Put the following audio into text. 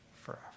forever